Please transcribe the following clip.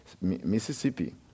Mississippi